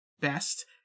best